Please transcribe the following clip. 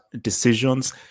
decisions